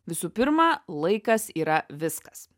visų pirma laikas yra viskas